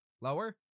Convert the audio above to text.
Lower